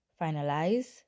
finalize